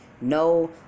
no